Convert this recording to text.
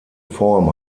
form